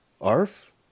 ARF